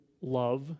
love